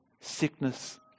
sickness